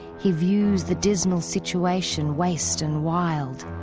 he views the dismal situation waste and wild.